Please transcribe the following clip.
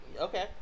okay